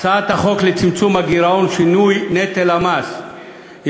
הצעת החוק לצמצום הגירעון ולשינוי נטל המס (תיקוני חקיקה) (תיקון).